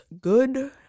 good